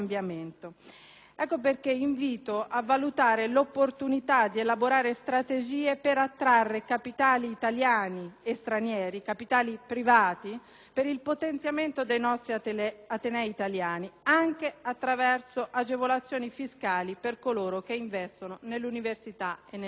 Ecco perché invito a valutare l'opportunità di elaborare strategie per attrarre capitali privati, italiani e stranieri, per il potenziamento dei nostri atenei, anche attraverso agevolazioni fiscali per coloro che investono nell'università e nella ricerca.